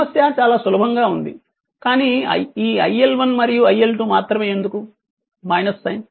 సమస్య చాలా సులభంగా ఉంది కానీ iL1 మరియు iL2 మాత్రమే ఎందుకు సైన్